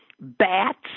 bats